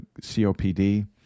COPD